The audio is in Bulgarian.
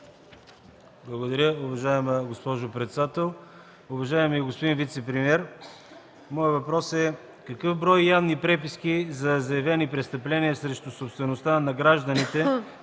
Благодаря Ви, уважаема госпожо председател. Уважаеми господин вицепремиер, моят въпрос е: какъв брой явни преписки за заявени престъпления срещу собствеността на гражданите